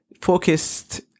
focused